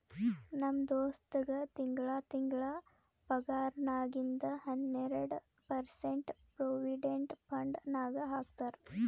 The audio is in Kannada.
ನಮ್ ದೋಸ್ತಗ್ ತಿಂಗಳಾ ತಿಂಗಳಾ ಪಗಾರ್ನಾಗಿಂದ್ ಹನ್ನೆರ್ಡ ಪರ್ಸೆಂಟ್ ಪ್ರೊವಿಡೆಂಟ್ ಫಂಡ್ ನಾಗ್ ಹಾಕ್ತಾರ್